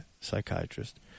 psychiatrist